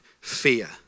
fear